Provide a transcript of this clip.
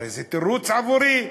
הרי זה תירוץ עבורי.